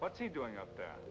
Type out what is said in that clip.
what's he doing up there